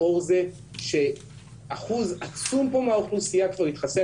לאור זה שאחוז עצום פה מהאוכלוסייה כבר התחסן